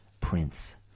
Prince